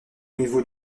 niveau